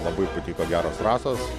labai patiko geros trasos